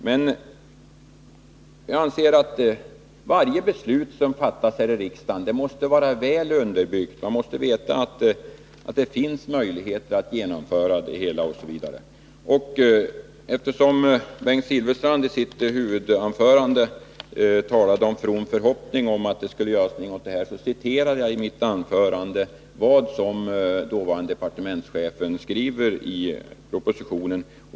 Men jag anser att varje beslut som fattas här i riksdagen måste vara väl underbyggt, att man måste veta att det finns möjligheter att genomföra det osv. Eftersom Bengt Silfverstrand i sitt huvudanförande talade om en from förhoppning om att det skulle göras någonting åt denna fråga citerade jag i mitt inlägg vad dåvarande departementschefen anförde i propositionen.